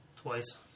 Twice